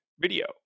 video